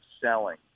selling